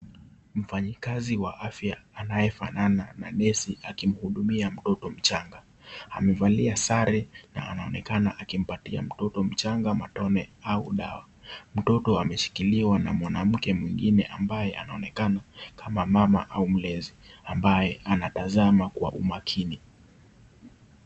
Mfanyikazi wa afya anyefanana na nesi akimuhudumia mtoto mchanga, amevalia sare na anaonekana kumpatia mtoto changa matone au dawa, mtoto ameshikiliwa na mwanamke mwingine ambaye anaonekana kama mama au mlezi ambaye anatazama kwa umakini.